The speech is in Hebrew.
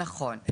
נכון.